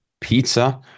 Pizza